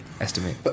Estimate